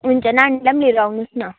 हुन्छ नानीलाई पनि लिएर आउनुहोस् न